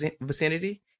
vicinity